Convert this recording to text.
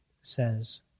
says